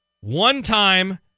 one-time